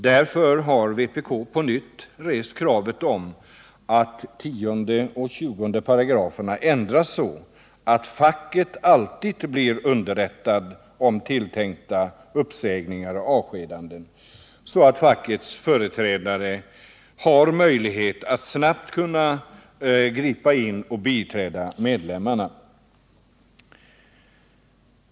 Därför har vpk på nytt rest kravet på att 10 § och 20 § ändras så, att facket alltid blir underrättat om tilltänkta uppsägningar och avskedanden så att fackets företrädare snabbt kan gripa in och biträda medlemmarna.